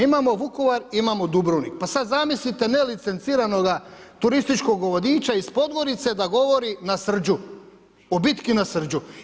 Imamo Vukovar, imamo Dubrovnik pa sad zamislite nelicenciranoga turističkog vodiča iz Podgorice da govori o Srđu, o bitki na Srđu.